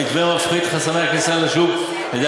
המתווה מפחית את חסמי הכניסה לשוק על-ידי